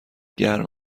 گرم